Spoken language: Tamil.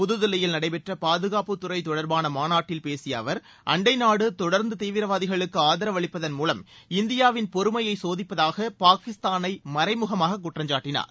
புதுதில்லியில் நடைபெற்ற பாதுகாப்புத் துறை தொடர்பான மாநாட்டில் பேசிய அவர் அண்டை நாடு தொடர்ந்து தீவிரவாதிகளுக்கு ஆதரவு அளிப்பதன் மூலம் இந்தியாவின் பொறுமையை சோதிப்பதாக பாகிஸ்தானை மறைமுகமாக குற்றம் சாட்டினார்